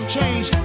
change